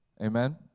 Amen